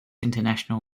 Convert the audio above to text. international